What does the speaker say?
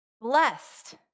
Blessed